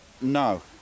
No